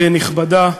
נכבדה,